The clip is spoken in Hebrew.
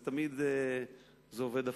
זה תמיד עובד הפוך.